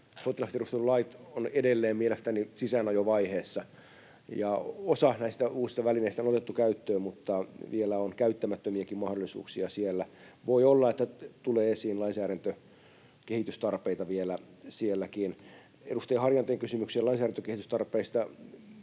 sotilastiedustelulait ovat edelleen mielestäni sisäänajovaiheessa. Osa näistä uusista välineistä on otettu käyttöön, mutta vielä on käyttämättömiäkin mahdollisuuksia siellä. Voi olla, että tulee esiin lainsäädäntökehitystarpeita vielä sielläkin. Edustaja Harjanteen kysymykseen lainsäädäntökehitystarpeista: